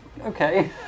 okay